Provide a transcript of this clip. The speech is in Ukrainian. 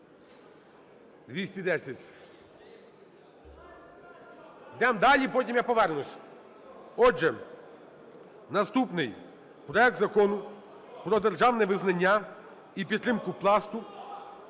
За-210 Йдемо далі, потім я повернусь. Отже, наступний - проект Закону про державне визнання і підтримку Пласту